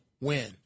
win